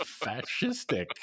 fascistic